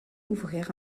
ouvrir